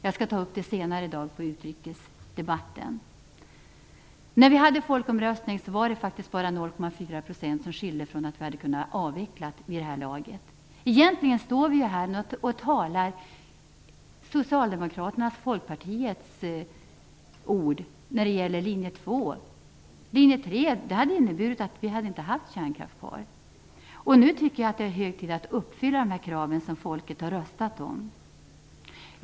Jag skall ta upp detta senare i dag i utrikesdebatten. Vid folkomröstningen var det faktiskt bara 0,4 % som fattades för att vi hade kunnat avveckla kärnkraften vid det här laget. Egentligen står vi här och använder Socialdemokraternas och Folkpartiets ord i linje 2. Linje 3 hade inneburit att vi inte hade haft kärnkraften kvar. Nu tycker jag att det är hög tid att uppfylla de krav som folket har röstat för.